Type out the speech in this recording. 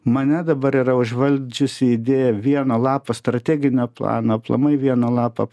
mane dabar yra užvaldžiusi idėja vieno lapo strateginio plano aplamai vieno lapo